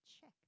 check